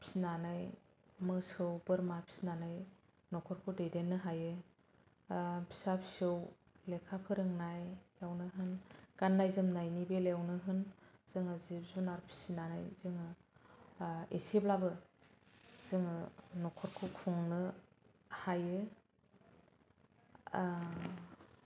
फिसिनानै मोसौ बोरमा फिसिनानै न'खरखौ दैदेननो हायो फिसा फिसौ लेखा फोरोंनायावनो होन गाननाय जोमनाय बेलायावनो होन जोङो जिब जुनार फिसिनानै जोङो एसेब्लाबो जोङो न'खरखौ खुंनो हायो